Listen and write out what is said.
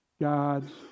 God's